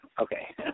Okay